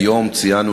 היום ציינו,